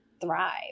thrive